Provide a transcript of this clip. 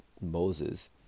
Moses